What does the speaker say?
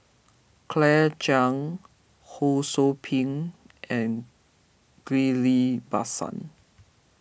Claire Chiang Ho Sou Ping and Ghillie Bassan